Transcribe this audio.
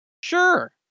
Sure